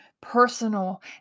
personal